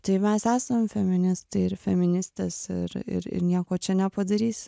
tai mes esam feministai ir feministės ir ir ir nieko čia nepadarysi